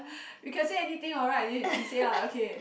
we can say anything what right then she say ah okay